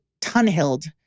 Tunhild